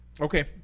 Okay